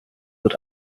wird